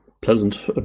Pleasant